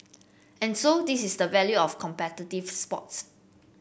and so this is the value of competitive sports